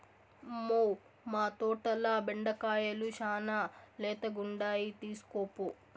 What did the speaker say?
మ్మౌ, మా తోటల బెండకాయలు శానా లేతగుండాయి తీస్కోపో